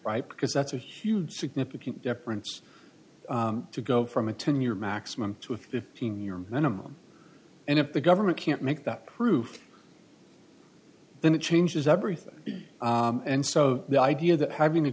right because that's a huge significant difference to go from a ten year maximum to a fifteen year minimum and if the government can't make that proof then it changes everything and so the idea that having